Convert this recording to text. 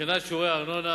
לבחינת שיעורי הארנונה.